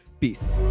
peace